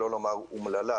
שלא לומר אומללה.